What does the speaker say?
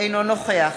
אינו נוכח